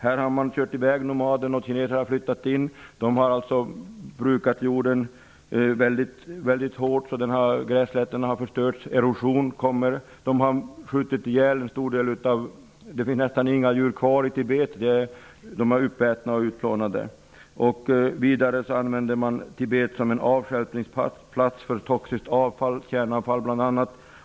Man har kört iväg nomaderna, och kineserna har flyttat in. De har brukat jorden väldigt hårt, så grässlätterna har förstörts, och erosion har blivit följden. Det finns nästan inga djur kvar i Tibet, utan de är uppätna och utplånade. Vidare använder man Tibet som en avstjälpningsplats för toxiskt avfall, bl.a. kärnavfall.